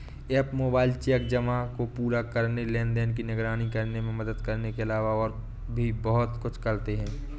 app mobile check जमा को पूरा करने, लेनदेन की निगरानी करने में मदद करने के अलावा और भी बहुत कुछ करते हैं